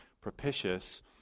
propitious